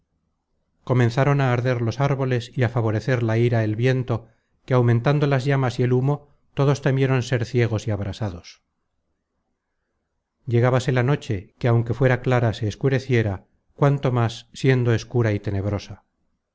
comenzaron á arder los árboles y á favorecer la ira el viento que aumentando las llamas y el humo todos temieron ser ciegos y abrasados llegábase la noche que aunque fuera clara se escureciera cuanto más siendo escura y tenebrosa